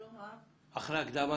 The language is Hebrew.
שלום רב,